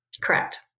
Correct